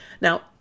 Now